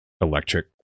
electric